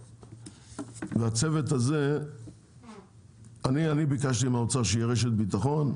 ולצוות הזה אני ביקשתי מהאוצר שתהיה רשת ביטחון,